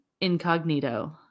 Incognito